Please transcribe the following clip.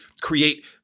create